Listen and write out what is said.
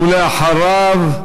ואחריו,